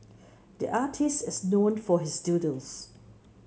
the artist is known for his doodles